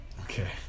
Okay